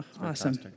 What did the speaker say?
Awesome